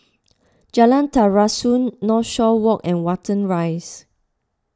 Jalan Terusan Northshore Walk and Watten Rise